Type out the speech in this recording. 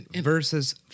versus